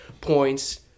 points